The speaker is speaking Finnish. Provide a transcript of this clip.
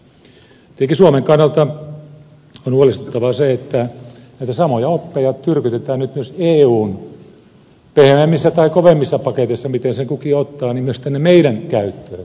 etenkin suomen kannalta on huolestuttavaa se että näitä samoja oppeja tyrkytetään nyt myös eun pehmeämmissä tai kovemmissa paketeissa miten sen kukin ottaa myös tänne meidän käyttöömme